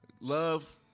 love